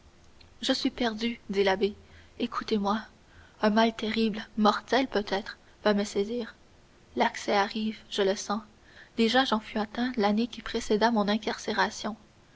je suis perdu dit l'abbé écoutez-moi un mal terrible mortel peut-être va me saisir l'accès arrive je le sens déjà j'en fus atteint l'année qui précéda mon incarcération